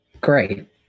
Great